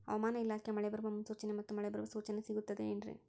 ಹವಮಾನ ಇಲಾಖೆ ಮಳೆ ಬರುವ ಮುನ್ಸೂಚನೆ ಮತ್ತು ಮಳೆ ಬರುವ ಸೂಚನೆ ಸಿಗುತ್ತದೆ ಏನ್ರಿ?